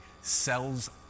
sells